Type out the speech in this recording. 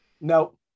No